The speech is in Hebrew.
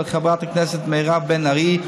של חברת הכנסת מירב בן ארי,